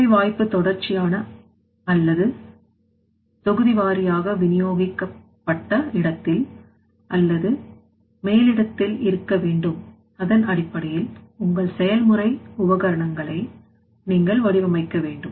வேலைவாய்ப்பு தொடர்ச்சியான அல்லது தொகுதிவாரியாக விநியோகிக்கப்பட்ட இடத்தில் அல்லது மேலிடத்தில் இருக்க வேண்டும் அதனடிப்படையில் உங்கள் செயல்முறை உபகரணங்களை நீங்கள் வடிவமைக்க வேண்டும்